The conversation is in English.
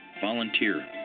volunteer